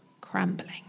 crumbling